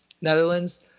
Netherlands